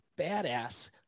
badass